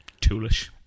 Toolish